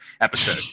episode